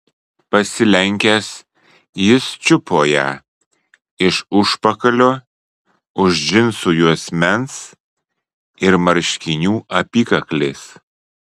pasilenkęs jis čiupo ją iš užpakalio už džinsų juosmens ir marškinių apykaklės